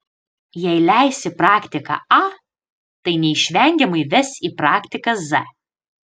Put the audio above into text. jei leisi praktiką a tai neišvengiamai ves į praktiką z